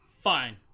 fine